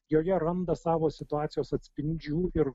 joje randa savo situacijos atspindžių ir